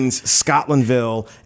Scotlandville